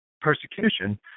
persecution